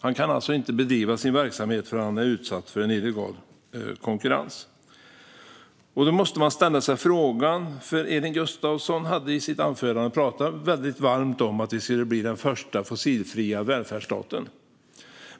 Han kan inte bedriva sin verksamhet eftersom han är utsatt för illegal konkurrens. Elin Gustafsson talade i sitt anförande varmt om att vi ska bli den första fossilfria välfärdsstaten.